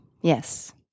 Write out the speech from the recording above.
Yes